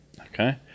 okay